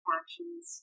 actions